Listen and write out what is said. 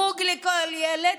חוג לכל ילד,